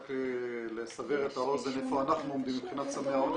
רק לסבר את האוזן איפה אנחנו עומדים מבחינת סמי האונס.